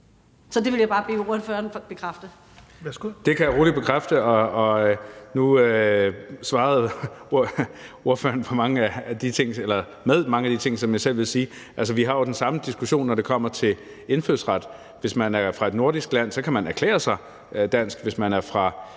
Kl. 12:24 Marcus Knuth (KF): Det kan jeg roligt bekræfte, og nu svarede ordføreren med mange af de ting, som jeg selv ville sige. Vi har jo den samme diskussion, når det kommer til indfødsret. Hvis man er fra et nordisk land, kan man erklære sig dansk.